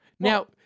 Now